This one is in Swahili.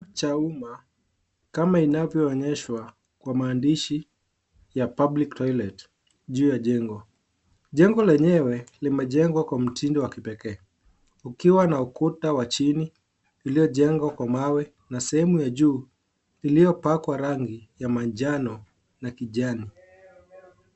Cha umma. Kama inavyoonyeshwa kwa mandishi ya public toilet ,juu ya jengo. Jengo lenyewe, limejengwa kwa mtindo wa kipekee. Ukiwa na ukuta wa chini, iliojengwa kwa mawe na sehemu ya juu, iliyopakwa rangi ya manjano na kijani.